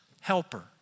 helper